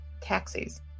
taxis